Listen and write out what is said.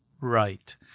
right